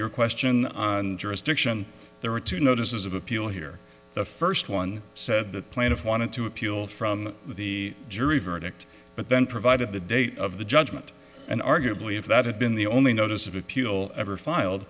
your question and jurisdiction there were two notices of appeal here the first one said that plaintiff wanted to appeal from the jury verdict but then provided the date of the judgment and arguably if that had been the only notice of appeal ever